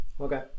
Okay